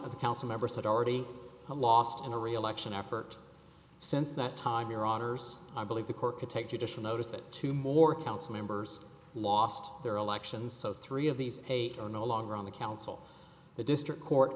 of the council members had already lost in a reelection effort since that time your authors i believe the court could take judicial notice that two more council members lost their elections so three of these eight are no longer on the council the district court